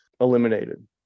eliminated